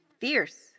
fierce